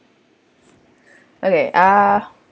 okay uh